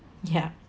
yeah